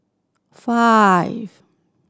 five